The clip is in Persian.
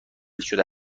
شده